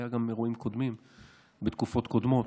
היו גם אירועים קודמים בתקופות קודמות.